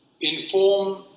inform